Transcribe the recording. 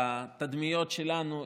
בתדמיות שלנו,